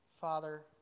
Father